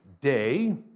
day